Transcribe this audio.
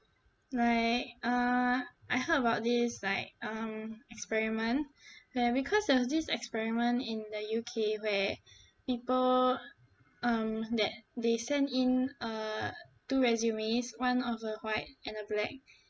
like uh I heard about this like um experiment where because of this experiment in the U_K where people um that they sent in uh two resumes one of a white and a black